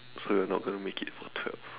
so you are not going to make it for twelve